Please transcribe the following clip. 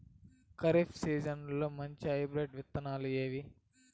ఖరీఫ్ సీజన్లలో మంచి హైబ్రిడ్ విత్తనాలు ఏవి